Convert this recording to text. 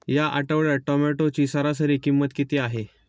या आठवड्यात टोमॅटोची सरासरी किंमत किती आहे?